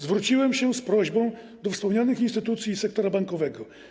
Zwróciłem się z prośbą do wspomnianych instytucji sektora bankowego.